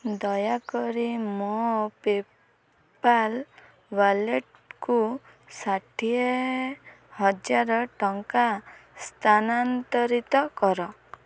ଦୟାକରି ମୋ PayPal ୱାଲେଟ୍କୁ ଷାଠିଏହଜାର ଟଙ୍କା ସ୍ଥାନାନ୍ତରିତ କର